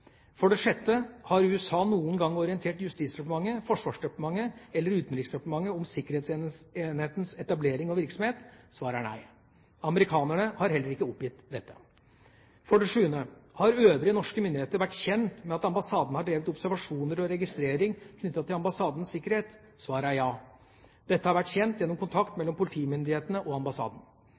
For det sjette: Har USA noen gang orientert Justisdepartementet, Forsvarsdepartementet eller Utenriksdepartementet om sikkerhetsenhetens etablering og virksomhet? Svaret er nei. Amerikanerne har heller ikke oppgitt dette. For det sjuende: Har øvrige norske myndigheter vært kjent med at ambassaden har drevet observasjoner og registrering knyttet til ambassadens sikkerhet? Svaret er ja. Dette har vært kjent gjennom kontakt mellom politimyndighetene og ambassaden.